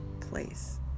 place